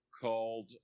called